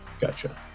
Gotcha